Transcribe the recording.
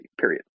period